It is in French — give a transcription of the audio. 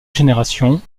génération